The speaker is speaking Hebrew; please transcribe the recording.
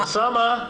אוסאמה,